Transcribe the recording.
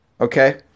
okay